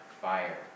fire